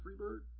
Freebird